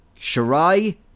Shirai